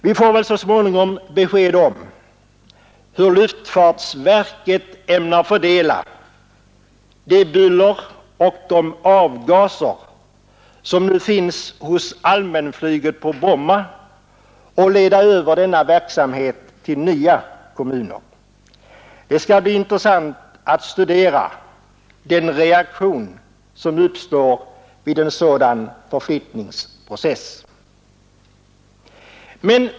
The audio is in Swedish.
Vi får väl så småningom besked om hur luftfartsverket ämnar fördela det buller och de avgaser som nu finns hos allmänflyget på Bromma och leda över denna verksamhet till nya kommuner. Det skall bli intressant att studera den reaktion, som uppstår vid en sådan förflyttningsprocess.